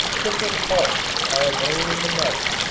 crippled hulks are alone in the night,